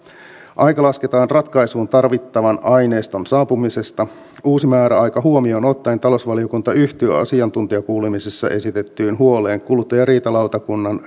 aika lasketaan ratkaisuun tarvittavan aineiston saapumisesta uusi määräaika huomioon ottaen talousvaliokunta yhtyy asiantuntijakuulemisessa esitettyyn huoleen kuluttajariitalautakunnan